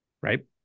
Right